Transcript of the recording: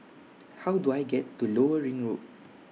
How Do I get to Lower Ring Road